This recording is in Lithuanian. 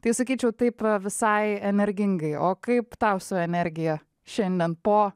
tai sakyčiau taip visai energingai o kaip tau su energija šiandien po